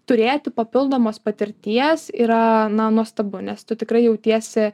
turėti papildomos patirties yra na nuostabu nes tu tikrai jautiesi